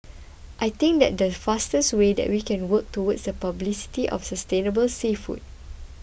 I think that's the faster way that we can work towards publicity of sustainable seafood